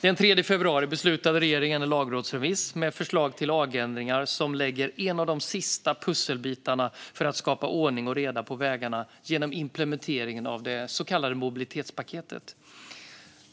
Den 3 februari beslutade regeringen en lagrådsremiss med förslag till lagändringar som lägger en av de sista pusselbitarna för att skapa ordning och reda på vägarna genom implementeringen av det så kallade mobilitetspaketet.